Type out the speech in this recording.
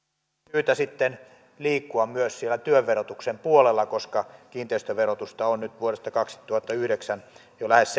syytä sitten liikkua myös siellä työn verotuksen puolella koska kiinteistöverotusta on nyt vuodesta kaksituhattayhdeksän jo lähes